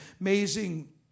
amazing